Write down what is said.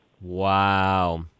Wow